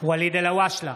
ואליד אלהואשלה,